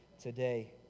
today